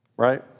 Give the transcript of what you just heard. right